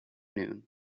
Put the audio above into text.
noon